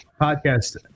podcast